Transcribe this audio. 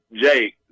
Jake